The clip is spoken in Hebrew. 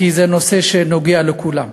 כי זה נושא שנוגע לכולם.